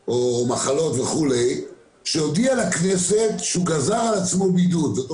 לא התכוונו לתת לשליש מחברי הכנסת לגיטימציה לא